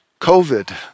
COVID